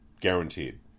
guaranteed